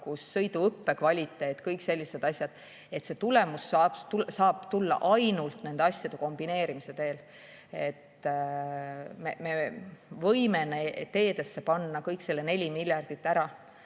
sõiduõppe kvaliteet, kõik sellised asjad – see tulemus saab tulla ainult nende asjade kombineerimise teel. Me võime teedesse panna kõik selle 4 miljardit ära,